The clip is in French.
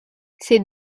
ces